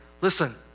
listen